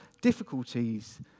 difficulties